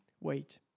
wait